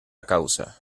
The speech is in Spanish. causa